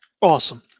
Awesome